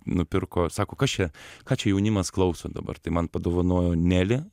nupirko sako kas čia ką čia jaunimas klauso dabar tai man padovanojo neli